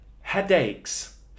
Headaches